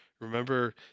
Remember